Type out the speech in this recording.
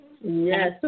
Yes